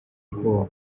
bwoba